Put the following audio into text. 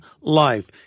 life